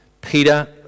Peter